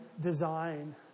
design